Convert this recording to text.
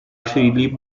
freely